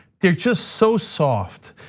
they're just so soft.